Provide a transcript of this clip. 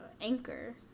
anchor